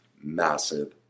massive